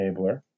enabler